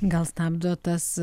gal stabdo tas